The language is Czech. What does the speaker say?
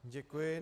Děkuji.